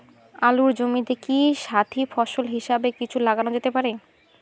আলুর জমিতে কি সাথি ফসল হিসাবে কিছু লাগানো যেতে পারে?